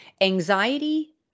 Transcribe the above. anxiety